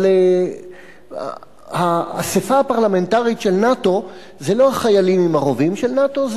אבל האספה הפרלמנטרית של נאט"ו זה לא החיילים עם הרובים של נאט"ו,